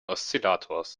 oszillators